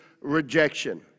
rejection